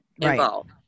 involved